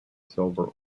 silver